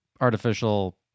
artificial